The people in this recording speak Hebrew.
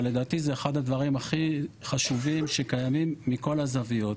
לדעתי זה אחד הדברים הכי חשובים שקיימים מכל הזוויות.